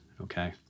Okay